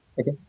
Okay